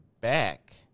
back